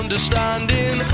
Understanding